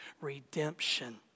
redemption